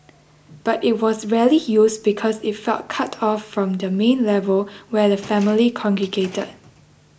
but it was rarely used because it felt cut off from the main level where the family congregated